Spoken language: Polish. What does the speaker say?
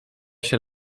się